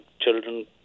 children